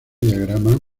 diagrama